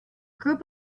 group